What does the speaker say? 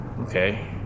Okay